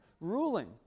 ruling